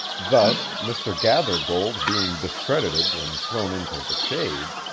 thus, mr. gathergold being discredited and thrown into the shade,